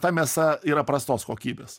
ta mėsa yra prastos kokybės